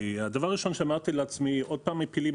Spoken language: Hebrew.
הדבר הראשון שאמרתי לעצמי זה שעוד פעם מפילים